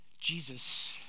Jesus